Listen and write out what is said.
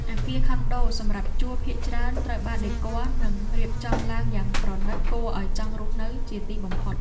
អគារខុនដូសម្រាប់ជួលភាគច្រើនត្រូវបានដេគ័រនិងរៀបចំឡើងយ៉ាងប្រណីតគួរឱ្យចង់រស់នៅជាទីបំផុត។